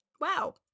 wow